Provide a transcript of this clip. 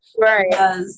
Right